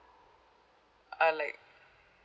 or like